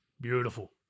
Beautiful